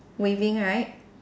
waving right